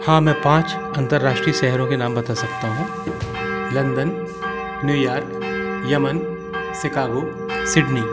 हाँ मैं पाँच अंतर्राष्ट्रीय शहरों के नाम बता सकता हूँ London New York Yemen Chicago Sydney